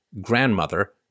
grandmother